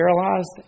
paralyzed